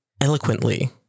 eloquently